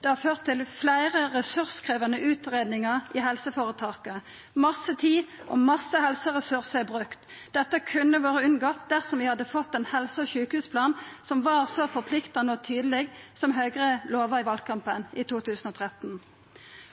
Det har ført til fleire ressurskrevjande utgreiingar i helseføretaka, masse tid og masse helseressursar er brukte. Dette kunne vore unngått dersom vi hadde fått ein helse- og sjukehusplan som var så forpliktande og tydeleg som Høgre lova i valkampen i 2013.